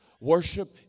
Worship